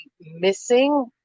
missing